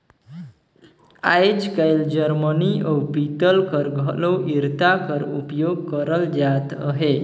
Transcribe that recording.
आएज काएल जरमनी अउ पीतल कर घलो इरता कर उपियोग करल जात अहे